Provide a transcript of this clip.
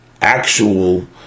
actual